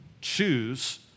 choose